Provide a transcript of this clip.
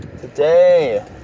Today